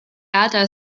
data